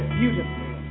beautifully